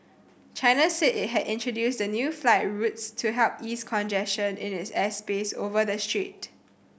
China said it had introduced the new flight routes to help ease congestion in it airspace over the strait